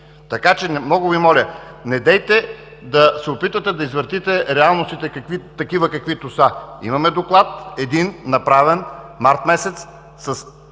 Така че много Ви моля, недейте да се опитвате да извъртите реалностите, такива каквито са. Имаме Доклад – един, направен март месец със